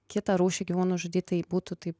kitą rūšį gyvūnų žudyt tai būtų taip